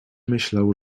myślał